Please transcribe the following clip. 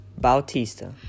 Bautista